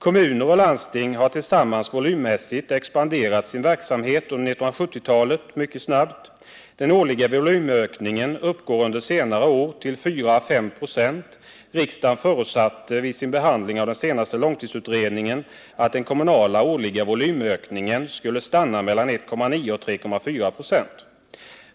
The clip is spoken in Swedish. Kommuner och landsting har tillsammans volymmässigt expanderat sin verksamhet mycket snabbt under 1970-talet. Den årliga volymökningen uppgår under senare år till 4ä 5 96. Riksdagen förutsatte vid sin behandling av den senaste långtidsutredningen att den kommunala årliga volymökningen skulle stanna vid mellan 1,9 och 3,4 96.